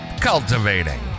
cultivating